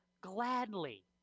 gladly